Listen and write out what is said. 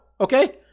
Okay